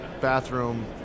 bathroom